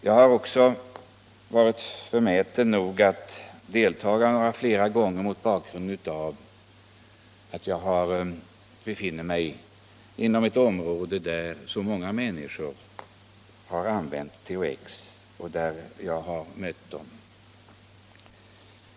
Jag har också varit förmäten nog att delta flera gånger mot bakgrund av att jag har mött så många människor som har använt THX.